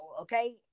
okay